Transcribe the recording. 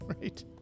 Right